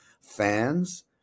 fans